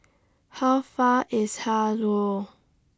How Far IS Har Row